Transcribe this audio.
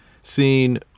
seen